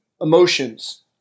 emotions